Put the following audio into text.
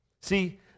see